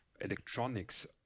electronics